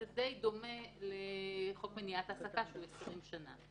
זה די דומה לחוק מניעת העסקה שהוא 20 שנה.